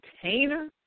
container